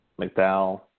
McDowell